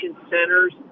centers